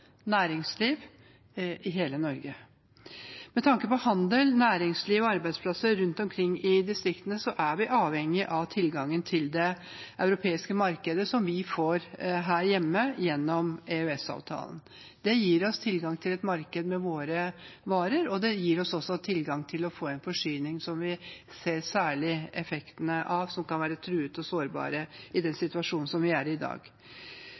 næringsliv i hele Norge. Med tanke på handel, næringsliv og arbeidsplasser rundt omkring i distriktene er vi avhengig av tilgangen til det europeiske markedet som vi får gjennom EØS-avtalen. Det gir oss tilgang til et marked for våre varer, og det gir oss tilgang på forsyninger som vi ser særlig effektene av, og som er truede og sårbare, i den situasjonen vi er i i dag.